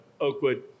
Oakwood